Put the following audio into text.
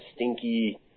stinky